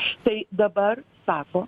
štai dabar sako